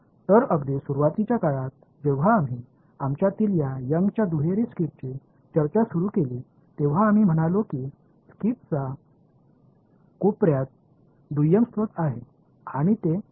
तर अगदी सुरुवातीच्या काळात जेव्हा आम्ही आमच्यातील या यंगच्या दुहेरी स्किटची चर्चा सुरू केली तेव्हा आम्ही म्हणालो की स्लिटच्या कोपऱ्यात दुय्यम स्त्रोत आहेत आणि ते सोडत आहेत